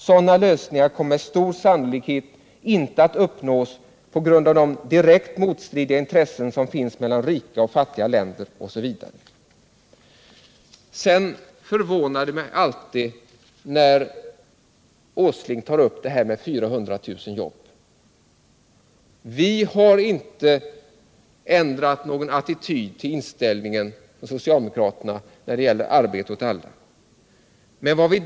Sådana "lösningar kommer med stor sannolikhet inte att uppnås på grund av de direkt motstridiga intressen som finns mellan rika och fattiga länder.” Det förvånar mig alltid hur Nils Åsling tar upp frågan om de utlovade 400 000 nya jobben. Vi socialdemokrater har inte ändrat vår inställning till frågan om arbete åt alla.